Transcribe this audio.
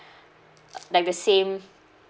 like the same